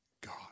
God